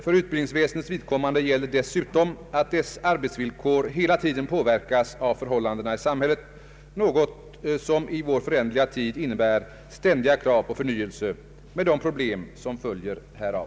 För utbildningsväsendets vidkommande gäller dessutom, att dess arbetsvillkor hela tiden påverkas av förhållandena i samhället, något som i vår föränderliga tid innebär ständiga krav på förnyelse — med de problem som följer härav.